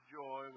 joy